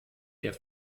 der